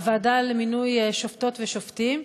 הוועדה למינוי שופטות ושופטים.